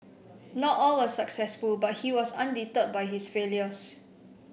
not all were successful but he was undeterred by his failures